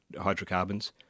hydrocarbons